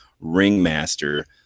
ringmaster